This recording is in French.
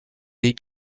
les